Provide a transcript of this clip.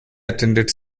attended